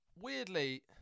Weirdly